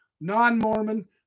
non-mormon